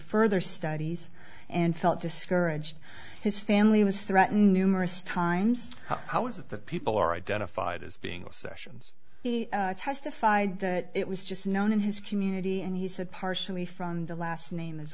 further studies and felt discouraged his family was threatened numerous times how is it that people are identified as being assertions testified that it was just known in his community and he said partially from the last name as